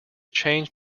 changed